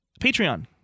Patreon